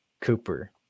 Cooper